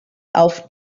auf